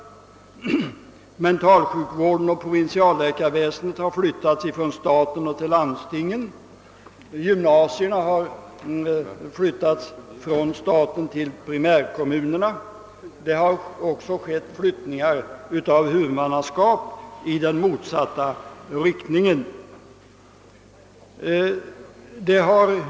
Mentalsjukvården och provinsialläkarväsendet har flyttats från staten till landstingen. Gymnasierna har flyttats från staten till primärkommunerna. Det har också företagits överflyttningar av huvudmannaskap i den motsatta riktningen.